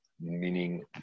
meaning